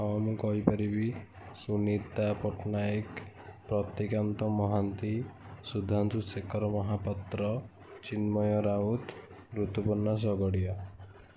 ହଁ ମୁଁ କହି ପାରିବି ସୁନୀତା ପଟ୍ଟନାୟକ ପ୍ରତିକାନ୍ତ ମହାନ୍ତି ସୁଧାଂଶୁ ଶେକର ମହାପାତ୍ର ଚିନ୍ମୟ ରାଉତ ଋତୁପର୍ଣ୍ଣା ଶଗଡ଼ିଆ